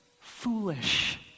foolish